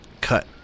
cut